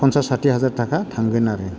फनसास साथि हाजार थाखा थांगोन आरो